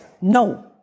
no